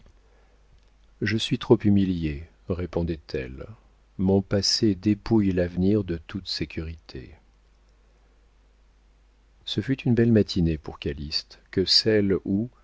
je suis trop humiliée répondait-elle mon passé dépouille l'avenir de toute sécurité ce fut une belle matinée pour calyste que celle où